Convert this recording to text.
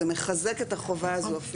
זה מחזק אפילו את החובה הזו.